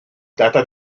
data